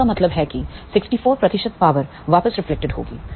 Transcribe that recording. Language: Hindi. तो इसका मतलब है कि 64 प्रतिशत पावर वापस रिफ्लेक्टेड होगी